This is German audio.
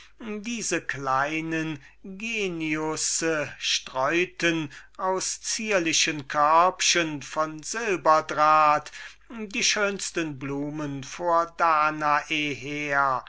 diese kleine genii streuten aus zierlichen körbchen von silberdraht die schönsten blumen vor danae